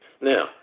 Now